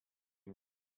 room